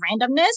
randomness